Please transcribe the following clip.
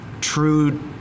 true